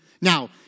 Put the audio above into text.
Now